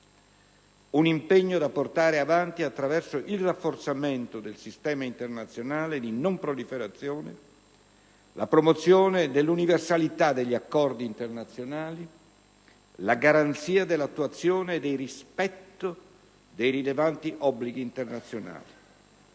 un impegno da portare avanti attraverso il rafforzamento del sistema internazionale di non proliferazione, la promozione dell'universalità degli accordi internazionali, la garanzia dell'attuazione e del rispetto dei rilevanti obblighi internazionali.